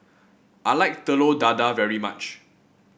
I like Telur Dadah very much